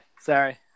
Sorry